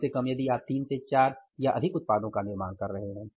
कम से कम यदि आप तीन से चार या अधिक उत्पादों का निर्माण कर रहे हैं